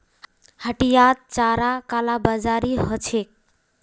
हटियात चारार कालाबाजारी ह छेक